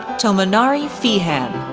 tomonari feehan,